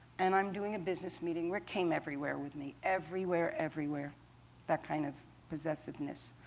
and i'm doing a business meeting. rick came everywhere with me everywhere, everywhere that kind of possessiveness.